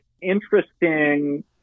interesting